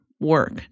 work